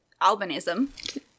albinism